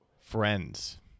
friends